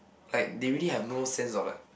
like they really have no sense of like